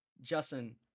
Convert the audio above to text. Justin